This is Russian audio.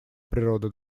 природы